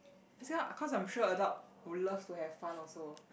cause I am sure adult would love to have fun also